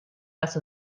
was